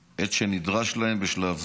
את שנדרש להם בשלב זה.